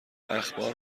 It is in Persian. اخبار